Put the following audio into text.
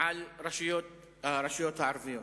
על הרשויות הערביות.